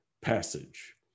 passage